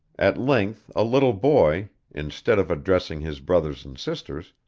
at length a little boy, instead of addressing his brothers and sisters,